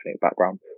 background